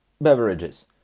beverages